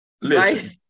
listen